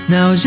Now